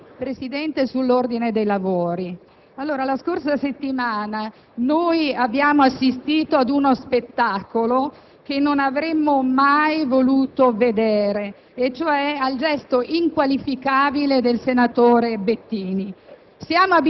Presidente, la scorsa settimana, abbiamo assistito ad uno spettacolo che non avremmo mai voluto vedere, e cioè al gesto inqualificabile del senatore Bettini.